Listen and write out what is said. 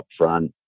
upfront